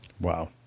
Wow